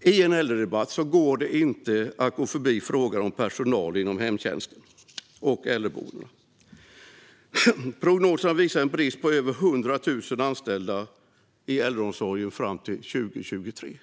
I en äldredebatt går det inte att gå förbi frågan om personal inom hemtjänst och på äldreboenden. Prognoserna visar en brist på över 100 000 anställda i äldreomsorgen fram till 2023.